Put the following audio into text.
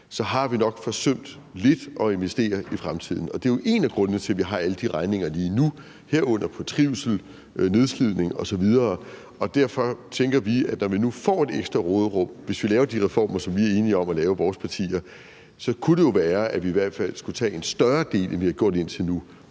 har vi nok forsømt lidt at investere i fremtiden. Og det er jo en af grundene til, at vi har alle de regninger lige nu, herunder i forhold til trivsel, nedslidning osv. Derfor tænker vi, at når vi nu får et ekstra råderum, hvis vi laver de reformer, som vi i vores partier er enige om at lave, kunne det jo være, at vi i hvert fald skulle tage en større del, end vi har gjort indtil nu,